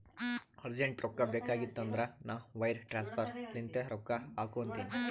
urgent ರೊಕ್ಕಾ ಬೇಕಾಗಿತ್ತಂದ್ರ ನಾ ವೈರ್ ಟ್ರಾನ್ಸಫರ್ ಲಿಂತೆ ರೊಕ್ಕಾ ಹಾಕು ಅಂತಿನಿ